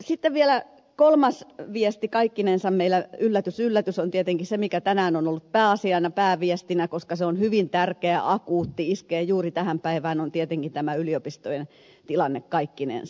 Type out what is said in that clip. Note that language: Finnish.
sitten vielä kolmas viesti kaikkinensa meillä yllätys yllätys on tietenkin se mikä tänään on ollut pääasiana pääviestinä koska se on hyvin tärkeä akuutti iskeä juuri tähän päivään on tietenkin tämä yliopistojen tilanne kaikkinensa